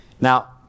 Now